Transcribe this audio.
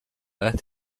earth